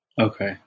Okay